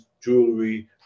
jewelry